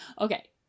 Okay